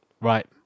Right